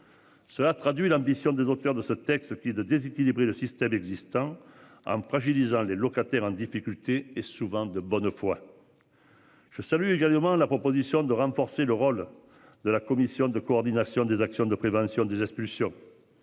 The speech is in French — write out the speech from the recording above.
Cela traduit l'ambition des auteurs de ce texte qui de déséquilibrer le système existant en fragilisant les locataires en difficulté et souvent de bonne foi. Je salue également la proposition de renforcer le rôle de la commission de coordination des actions de prévention des expulsions.